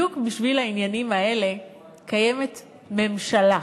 בדיוק בשביל העניינים האלה קיימת ממשלה,